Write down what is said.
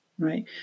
Right